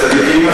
צדיקים